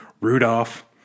rudolph